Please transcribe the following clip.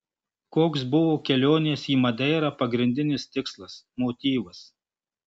koks buvo kelionės į madeirą pagrindinis tikslas motyvas